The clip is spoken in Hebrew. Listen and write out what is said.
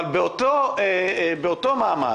אבל באותו מעמד